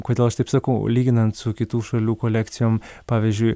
kodėl aš taip sakau lyginant su kitų šalių kolekcijom pavyzdžiui